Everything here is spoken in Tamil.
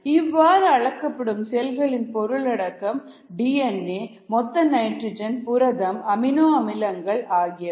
இவ்வாறு அளக்கப்படும் செல்லின் பொருளடக்கம் டிஎன்ஏ மொத்த நைட்ரஜன் புரதம் அமினோ அமிலங்கள் ஆகியவை